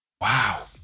Wow